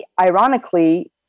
ironically